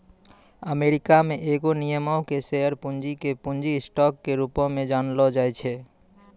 America मे एगो निगमो के शेयर पूंजी के पूंजी स्टॉक के रूपो मे जानलो जाय छै